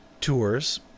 tours